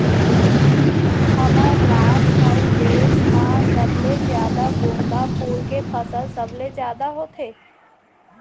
हमर राज अउ देस म सबले जादा गोंदा फूल के फसल सबले जादा होथे